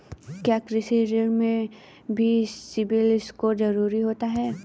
क्या कृषि ऋण में भी सिबिल स्कोर जरूरी होता है?